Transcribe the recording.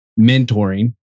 mentoring